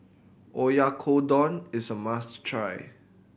Oyakodon is a must try